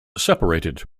separated